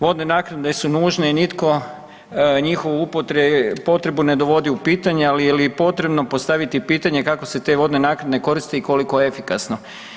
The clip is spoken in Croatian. Vodne naknade su nužne i nitko njihovu potrebu ne dovodi u pitanje, ali je potrebno postaviti pitanje kako se te vodne naknade koriste i koliko efikasno?